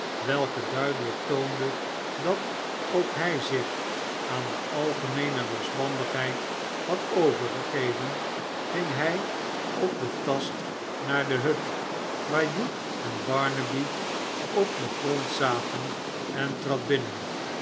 welke duidelijk toonde r dat ook hij zich aan de algemeene losbandigheid had overgegeven r ging hij op den tast naar de hut waarin hugh en barnaby op dert grond zaten en trad binnen